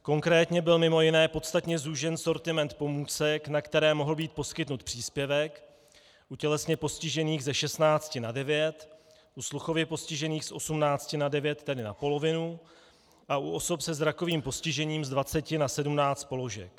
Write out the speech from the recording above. Konkrétně byl mimo jiné podstatně zúžen sortiment pomůcek, na které mohl být poskytnut příspěvek, u tělesně postižených ze 16 na 9, u sluchově postižených z 18 na 9, tedy na polovinu, a u osob se zrakovým postižením z 20 na 17 položek.